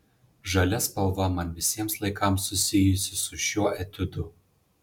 žalia spalva man visiems laikams susijusi su šiuo etiudu